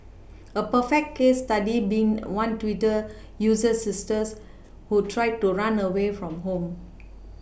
a perfect case study being one Twitter user's sister who tried to run away from home